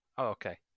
okay